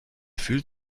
fühlt